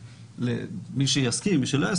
למי שיסכים או לא,